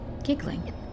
giggling